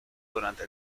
durante